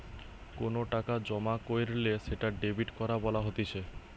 কোনো টাকা জমা কইরলে সেটা ডেবিট করা বলা হতিছে